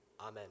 Amen